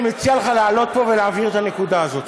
אני מציע לך לעלות פה ולהבהיר את הנקודה הזאת.